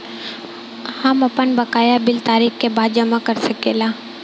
हम आपन बकाया बिल तारीख क बाद जमा कर सकेला?